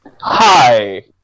Hi